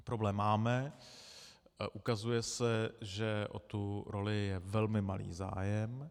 Problém máme, ukazuje se, že o tu roli je velmi malý zájem.